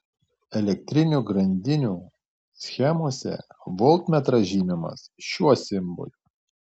elektrinių grandinių schemose voltmetras žymimas šiuo simboliu